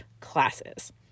classes